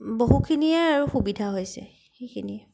বহুখিনিয়ে আৰু সুবিধা হৈছে সেইখিনিয়ে